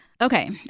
Okay